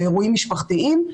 באירועים משפחתיים,